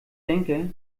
denke